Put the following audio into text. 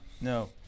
No